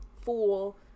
fool